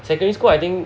secondary school I think